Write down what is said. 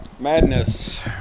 Madness